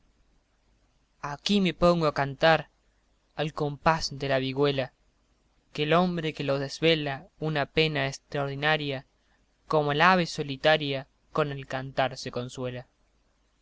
aquí me pongo a cantar al compás de la vigüela que el hombre que lo desvela una pena estraordinaria como la ave solitaria con el cantar se consuela